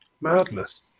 madness